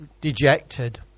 dejected